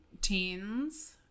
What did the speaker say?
teens